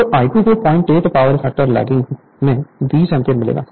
तो I2 को 08 power factor lagging में 20 एम्पीयर मिलेगा